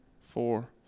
four